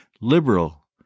Liberal